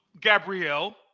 Gabrielle